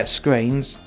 screens